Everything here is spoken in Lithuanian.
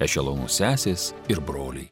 ešelonų sesės ir broliai